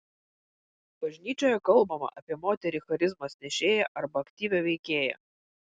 bažnyčioje kalbama apie moterį charizmos nešėją arba aktyvią veikėją